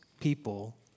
people